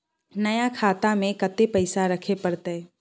नया खाता में कत्ते पैसा रखे परतै?